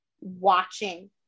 watching